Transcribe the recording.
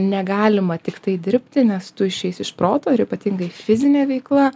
negalima tiktai dirbti nes tu išeisi iš proto ir ypatingai fizinė veikla